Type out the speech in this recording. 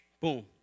Boom